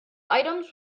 items